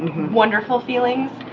wonderful feelings,